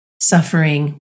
suffering